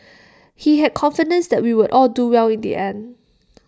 he had confidence that we would all do well in the end